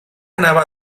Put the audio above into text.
anava